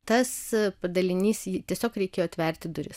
tas padalinys jį tiesiog reikėjo atverti duris